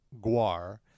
Guar